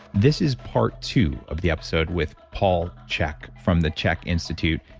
this is part two of the episode with paul chek from the chek institute.